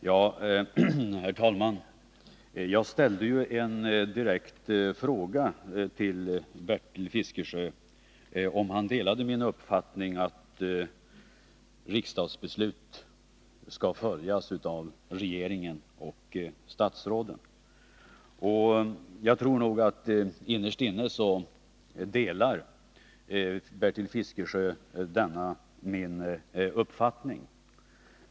Herr talman! Jag ställde en direkt fråga till Bertil Fiskesjö om han delade min uppfattning att riksdagsbeslut skall följas av regeringen och statsråden. Jag tror nog att Bertil Fiskesjö innerst inne delar denna min uppfattning.